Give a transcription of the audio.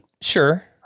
Sure